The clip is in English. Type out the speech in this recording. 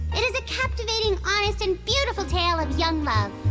it is a captivating, honest and beautiful tale of young love.